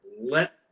let